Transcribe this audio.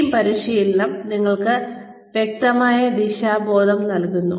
team പരിശീലനം നിങ്ങൾക്ക് വ്യക്തമായ ദിശാബോധം നൽകുന്നു